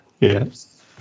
Yes